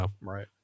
Right